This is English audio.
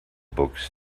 books